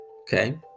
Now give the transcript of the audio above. okay